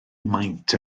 maint